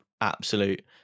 absolute